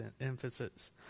emphasis